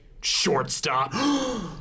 shortstop